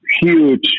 huge